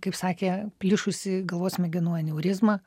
kaip sakė plyšusi galvos smegenų aneurizma